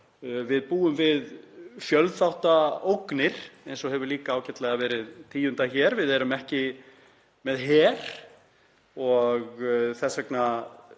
Við búum við fjölþáttaógnir eins og hefur líka ágætlega verið tíundað hér. Við erum ekki með her og þess vegna